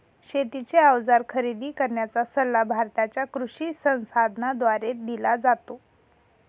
शेतीचे अवजार खरेदी करण्याचा सल्ला भारताच्या कृषी संसाधनाद्वारे दिला जातो